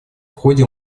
ходе